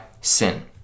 sin